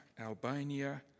Albania